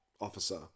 officer